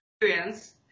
experience